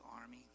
army